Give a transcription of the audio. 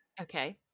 okay